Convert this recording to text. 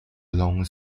long